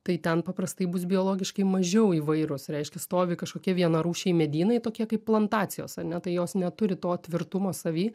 tai ten paprastai bus biologiškai mažiau įvairūs reiškia stovi kažkokie vienarūšiai medynai tokie kaip plantacijos ar ne tai jos neturi to tvirtumo savy